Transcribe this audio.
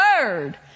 word